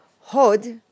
hod